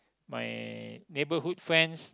my neighborhood friends